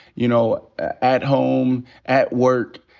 you know, at home, at work.